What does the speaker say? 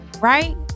Right